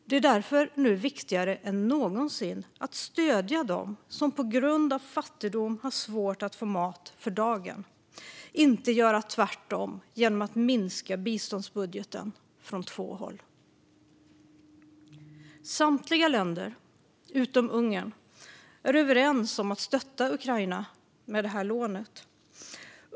Det är därför nu viktigare än någonsin att stödja dem som på grund av fattigdom har svårt att få mat för dagen, och att inte göra tvärtom genom att minska biståndsbudgeten från två håll. Samtliga länder, utom Ungern, är överens om att stötta Ukraina med det här lånet.